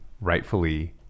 rightfully